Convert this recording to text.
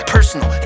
Personal